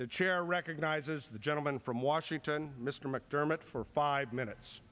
the chair recognizes the gentleman from washington mr mcdermott for five minutes